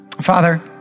Father